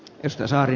isosaari